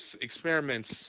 experiments